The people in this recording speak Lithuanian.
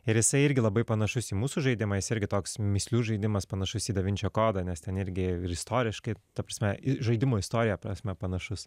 ir jisai irgi labai panašus į mūsų žaidimą jis irgi toks mįslių žaidimas panašus į da vinčio kodą nes ten irgi istoriškai ta prasme žaidimo istoriją prasme panašus